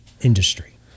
industry